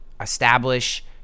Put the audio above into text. establish